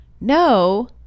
No